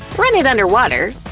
run it under water,